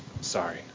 Sorry